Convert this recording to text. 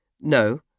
No